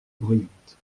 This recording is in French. bruyante